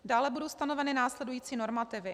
Dále budou stanoveny následující normativy.